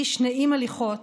איש נעים הליכות,